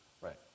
Right